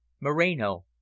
Moreno